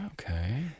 Okay